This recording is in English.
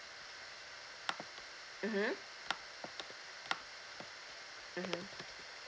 mmhmm mmhmm